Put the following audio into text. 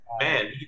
Man